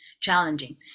challenging